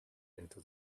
into